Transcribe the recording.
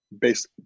based